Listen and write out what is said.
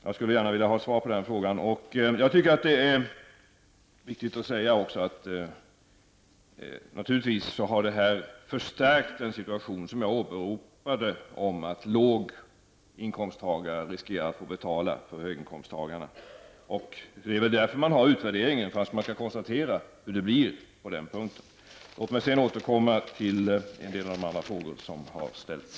Jag skulle gärna vilja ha ett svar på den frågan. Jag tycker också att det viktigt att säga att det här naturligtvis har förstärkt den situation som jag åberopade, där låginkomsttagare riskerar att få betala för höginkomstagare. Det är väl därför man har gjort utvärderingen så att man skall kunna konstatera hur det blir på den punkten. Låt mig senare återkomma till en del andra frågor som har ställts.